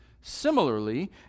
Similarly